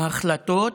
מההחלטות,